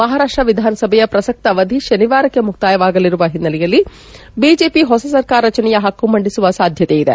ಮಹಾರಾಷ್ಟ ವಿಧಾನಸಭೆಯ ಪ್ರಸಕ್ತ ಅವಧಿ ಶನಿವಾರಕ್ಕೆ ಮುಕ್ತಾಯವಾಗಲಿರುವ ಹಿನ್ನೆಲೆಯಲ್ಲಿ ಬಿಜೆಪಿ ಹೊಸ ಸರ್ಕಾರ ರಚನೆಯ ಹಕ್ಕು ಮಂಡಿಸುವ ಸಾಧ್ವತೆ ಇದೆ